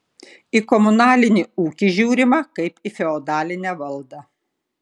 į komunalinį ūkį žiūrima kaip į feodalinę valdą